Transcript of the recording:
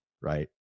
right